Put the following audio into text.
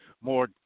more